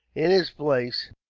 in his place,